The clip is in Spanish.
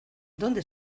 dónde